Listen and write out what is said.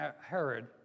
Herod